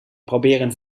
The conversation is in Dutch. proberen